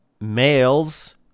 males